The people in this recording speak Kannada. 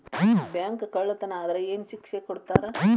ಬ್ಯಾಂಕ್ ಕಳ್ಳತನಾ ಆದ್ರ ಏನ್ ಶಿಕ್ಷೆ ಕೊಡ್ತಾರ?